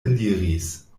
eliris